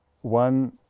One